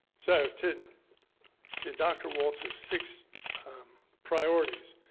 so, to to dr. walts's six priorities.